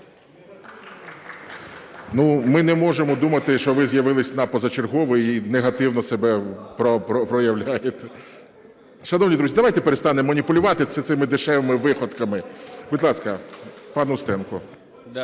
Ми не можемо думати, що ви з'явились на позачергове і негативно себе проявляєте. Шановні друзі, давайте перестанемо маніпулювати цими дешевими виходками. Будь ласка, пан Устенко.